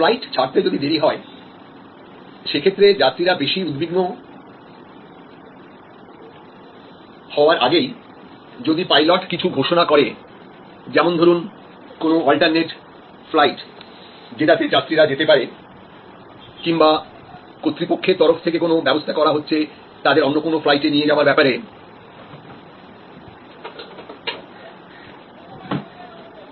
flight ছাড়তে যদি দেরি হয় সেক্ষেত্রে যাত্রীরা বেশি উদ্বিগ্ন হওয়ার আগেই যদি পাইলট কিছু ঘোষণা করে যেমন ধরুন কোন অল্টারনেট ফ্লাইট যেটাতে যাত্রীরা যেতে পারে কিংবা কর্তৃপক্ষের তরফ থেকে কোন ব্যবস্থা করা হচ্ছে তাদের অন্য কোন ফ্লাইটে নিয়ে যাওয়ার ব্যাপারে